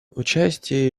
участие